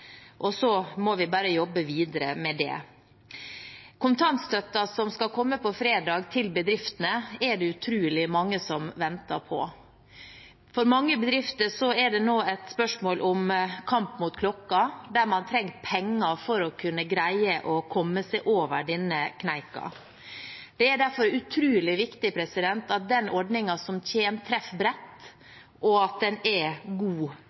og så må vi bare jobbe videre med det. Kontantstøtten til bedriftene, som skal komme på fredag, er det utrolig mange som venter på. For mange bedrifter er det nå et spørsmål om kamp mot klokken, der man trenger penger for å kunne greie å komme seg over denne kneika. Det er derfor utrolig viktig at den ordningen som kommer, treffer bredt, og at den er god